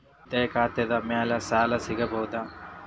ಉಳಿತಾಯ ಖಾತೆದ ಮ್ಯಾಲೆ ಸಾಲ ಸಿಗಬಹುದಾ?